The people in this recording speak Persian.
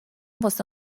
واسه